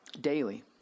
daily